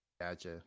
gotcha